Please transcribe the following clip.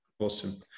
Awesome